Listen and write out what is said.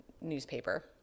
newspaper